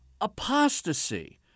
apostasy